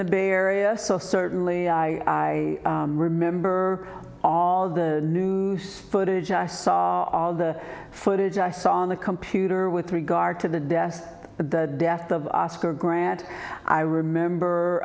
the bay area so certainly i remember all the footage i saw all the footage i saw on the computer with regard to the death of the death of oscar grant i remember